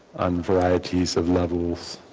on varieties of levels